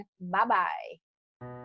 bye-bye